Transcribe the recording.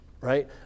right